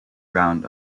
round